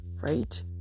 right